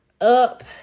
up